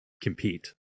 compete